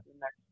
next